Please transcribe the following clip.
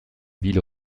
ville